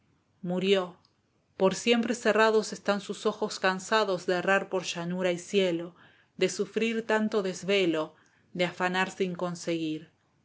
murió por siempre cerrados están sus ojos cansados de errar por llanura y cielo de sufrir tanto desvelo de afanar sin conseguir